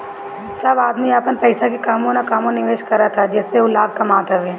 सब आदमी अपन पईसा के कहवो न कहवो निवेश करत हअ जेसे उ लाभ कमात हवे